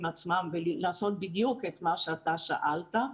עצמם ולעשות בדיוק את מה שאתה שאלת,